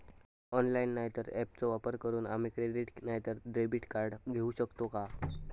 Online नाय तर ऍपचो वापर करून आम्ही क्रेडिट नाय तर डेबिट कार्ड घेऊ शकतो का?